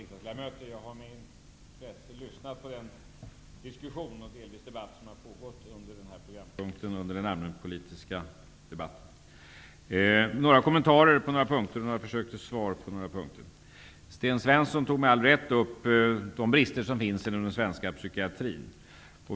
Herr talman! Riksdagsledamöter! Jag har med intresse lyssnat på den diskussion som har pågått under den här programpunkten i den allmänpolitiska debatten. Jag vill ge ett par kommentarer på några punkter och några försök till svar på några punkter. Sten Svensson tog med all rätt upp de brister som finns inom den svenska psykiatrin.